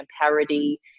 parody